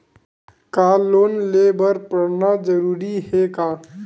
का लोन ले बर पढ़ना जरूरी हे का?